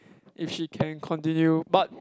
if she can continue but